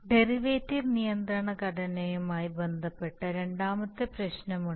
derivative നിയന്ത്രണ ഘടനയുമായി ബന്ധപ്പെട്ട രണ്ടാമത്തെ പ്രശ്നമുണ്ട്